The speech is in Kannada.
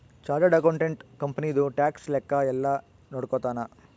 ಚಾರ್ಟರ್ಡ್ ಅಕೌಂಟೆಂಟ್ ಕಂಪನಿದು ಟ್ಯಾಕ್ಸ್ ಲೆಕ್ಕ ಯೆಲ್ಲ ನೋಡ್ಕೊತಾನ